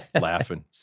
laughing